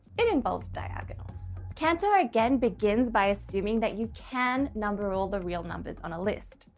it involves diagonals. cantor again begins by assuming that you can number all the real numbers on a list.